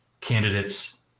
candidates